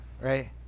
right